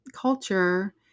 culture